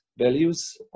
values